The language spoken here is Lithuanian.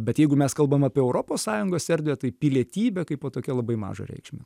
bet jeigu mes kalbam apie europos sąjungos erdvę tai pilietybė kaipo tokią labai mažą reikšmę